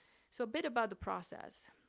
so a bit about the process,